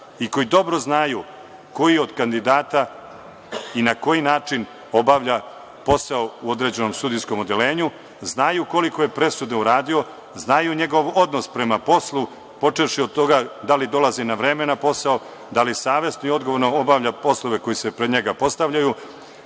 i koji dobro znaju koji od kandidata i na koji način obavlja posao u određenom sudijskom odeljenju, znaju koliko je presuda uradio, znaju njegov odnos prema poslu, počevši od toga da li dolazi na vreme na posao, da li savesno i odgovorno obavlja poslove koji se pred njega postavljaju.